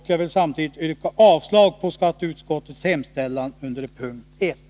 Jag vill samtidigt yrka avslag på skatteutskottets hemställan under punkt 1.